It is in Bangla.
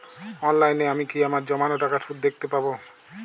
অনলাইনে আমি কি আমার জমানো টাকার সুদ দেখতে পবো?